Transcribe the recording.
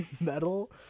metal